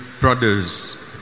brothers